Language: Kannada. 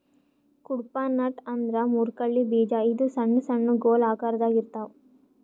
ಕುಡ್ಪಾ ನಟ್ ಅಂದ್ರ ಮುರ್ಕಳ್ಳಿ ಬೀಜ ಇದು ಸಣ್ಣ್ ಸಣ್ಣು ಗೊಲ್ ಆಕರದಾಗ್ ಇರ್ತವ್